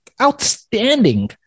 outstanding